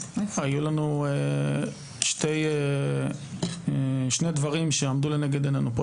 היו לנו שני דברים שעמדו לנגד עינינו פה.